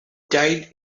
died